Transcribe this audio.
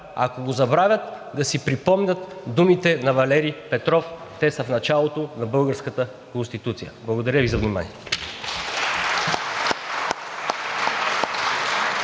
Ако го забравят, да си припомнят думите на Валери Петров – те са в началото на българската Конституция. Благодаря Ви за вниманието.